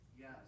Yes